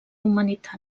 humanitat